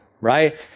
right